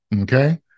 okay